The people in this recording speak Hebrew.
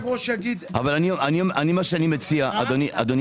אולי אדוני